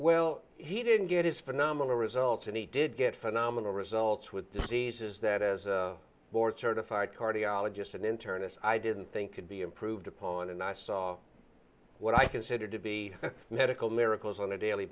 well he didn't get his phenomenal results and he did get phenomenal results with diseases that as a board certified cardiologist an internist i didn't think could be improved upon and i saw what i consider to be medical miracles on a daily